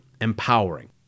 empowering